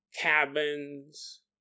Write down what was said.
cabins